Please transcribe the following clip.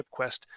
ShipQuest